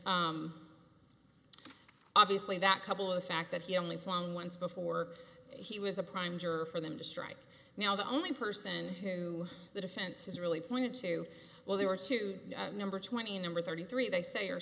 obviously that couple of the fact that he only flown once before he was a prime juror for them to strike now the only person who the defense has really pointed to where they were to number twenty number thirty three they say are